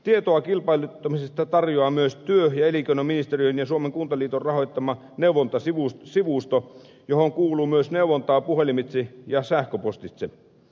tietoa kilpailuttamisesta tarjoaa myös työ ja elinkeinoministeriön ja suomen kuntaliiton rahoittama neuvontasivusto johon kuuluu myös neuvontaa puhelimitse ja sähköpostitse